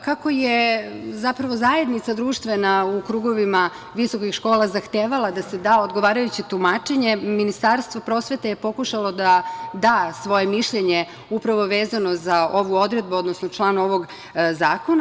Kako je zapravo zajednica društvena u krugovima visokih škola zahtevala da se da odgovarajuće tumačenje, Ministarstvo prosvete je pokušalo da da svoje mišljenje upravo vezano za ovu odredbu, odnosno član ovog zakona.